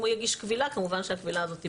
אם הוא יגיש קבילה, כמובן שהקבילה הזאת תיבדק.